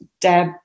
Deb